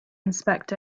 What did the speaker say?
inspect